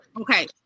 Okay